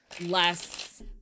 less